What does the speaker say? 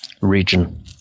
region